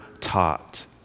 taught